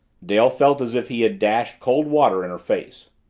dale felt as if he had dashed cold water in her face.